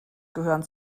gehören